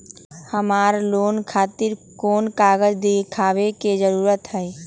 हमरा लोन खतिर कोन कागज दिखावे के जरूरी हई?